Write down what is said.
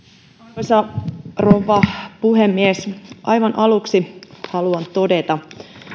arvoisa rouva puhemies aivan aluksi haluan todeta